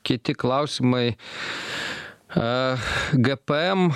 kiti klausimai a gepejem